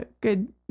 good